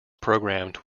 programmed